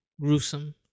gruesome